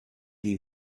you